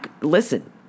listen